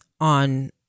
on